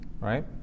Right